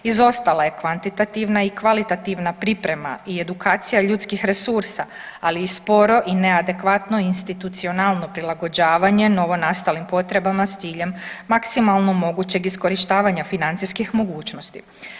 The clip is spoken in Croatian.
Izostala je kvantitativna i kvalitativna priprema i edukacija ljudskih resursa, ali i sporo i neadekvatno +institucionalno prilagođavanje novonastalim potrebama s ciljem maksimalno mogućeg iskorištavanja financijskih mogućnosti.